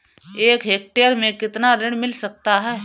एक हेक्टेयर में कितना ऋण मिल सकता है?